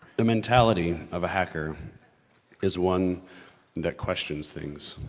the mentality of a hacker is one that questions things.